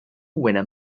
winner